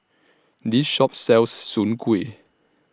This Shop sells Soon Kuih